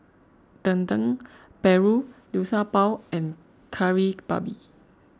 Dendeng Paru Liu Sha Bao and Kari Babi